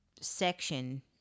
section